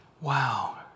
Wow